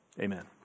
Amen